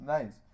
Nice